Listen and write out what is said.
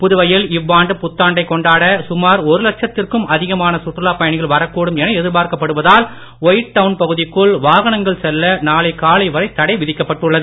புதுவையில் இவ்வாண்டு புத்தாண்டை கொண்டாட சுமார் ஒரு லட்சத்திற்கும் அதிகமான சுற்றுலா பயணிகள் வரக்கூடும் என எதிர்பார்க்கப்படுவதால் ஒயிட்டவுன் பகுதிக்குள் வாகனங்கள் செல்ல நாளை காலை வரை தடை விதிக்கப்பட்டுள்ளது